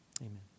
amen